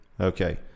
Okay